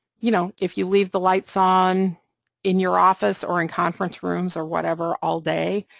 you know, if you leave the lights on in your office, or in conference rooms, or whatever all day,